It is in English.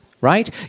right